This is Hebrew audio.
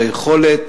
ליכולת,